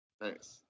Thanks